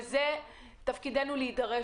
ותפקידנו להידרש